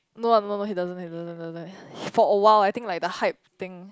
no I don't know no he doesn't he doesn't he doesn't for a while I think like the hype thing